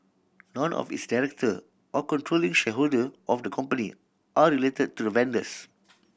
none of its director or controlling shareholder of the company are related to the vendors